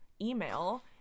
email